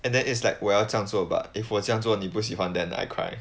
and then it's like 我要这样做 but if 我这样做你不喜欢 then I cry